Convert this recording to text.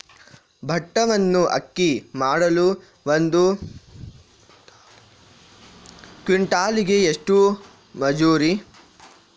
ಭತ್ತವನ್ನು ಅಕ್ಕಿ ಮಾಡಲು ಒಂದು ಕ್ವಿಂಟಾಲಿಗೆ ಎಷ್ಟು ಮಜೂರಿ?